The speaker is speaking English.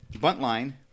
Buntline